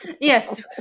Yes